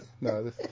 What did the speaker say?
No